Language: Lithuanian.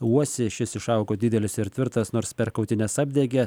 uosį šis išaugo didelis ir tvirtas nors per kautynes apdegė